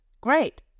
great